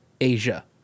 asia